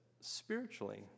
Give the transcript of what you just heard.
spiritually